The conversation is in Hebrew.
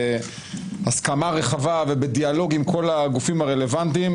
בהסכמה רחבה ובדיאלוג עם כל הגופים הרלוונטיים,